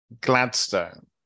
Gladstone